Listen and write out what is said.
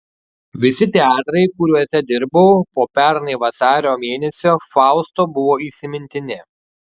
visi teatrai kuriuose dirbau po pernai vasario mėnesio fausto buvo įsimintini